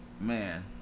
Man